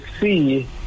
see